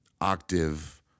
octave